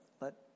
let